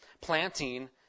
planting